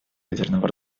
ядерного